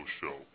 Show